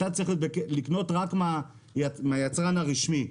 אתה צריך לקנות רק מהיצרן הרשמי.